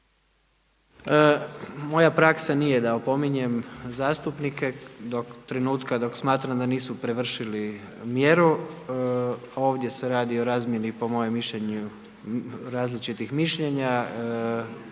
Moja praksa nije da opominjem zastupnike do trenutka dok smatram da nisu prevršili mjeru. Ovdje se radi o razmjeni po mojem mišljenju različitih mišljenja